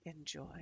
Enjoy